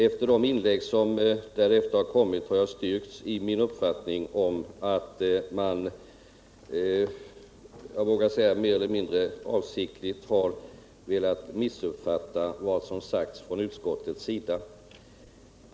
Efter de inlägg som därefter har kommit har jag styrkts i min mening att man — jag vågar säga det — mer eller mindre avsiktligt har missuppfattat vad som sagts från utskottets sida.